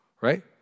right